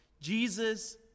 Jesus